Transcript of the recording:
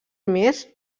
més